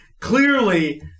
clearly